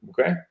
Okay